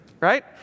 right